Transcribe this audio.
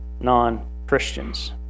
non-Christians